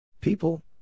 People